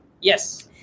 Yes